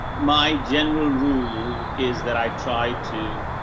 my general rule is that i try to,